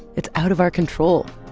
it's out of our control.